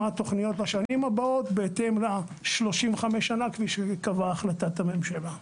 מה התוכניות לשנים הבאות בהתאם ל-35 שנה כפי שקבעה החלטת הממשלה.